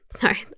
sorry